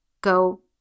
go